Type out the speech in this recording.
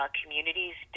communities